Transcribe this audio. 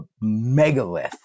megalith